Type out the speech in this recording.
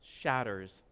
shatters